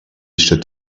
should